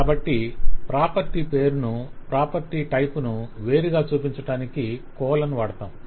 కాబట్టి ప్రాపర్టీ పేరు ను ప్రాపర్టీ టైపు ను వేరుగా చూపించటానికి కోలన్ వాడతాము